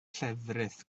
llefrith